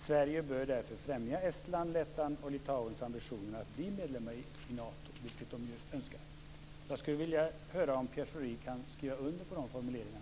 Sverige bör därför främja Estlands, Lettlands och Litauens ambition att bli medlemmar i Nato." Jag skulle vilja höra om Pierre Schori kan skriva under dessa formuleringar.